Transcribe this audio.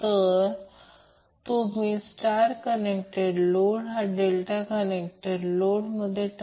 म्हणून त्याचप्रकारे तीन वेगवेगळ्या कॉइलमध्ये व्होल्टेज तयार केले जाईल जे फिजिकली 120° वेगळे आहेत